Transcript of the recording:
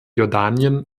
jordanien